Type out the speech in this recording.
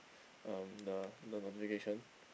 um the the notification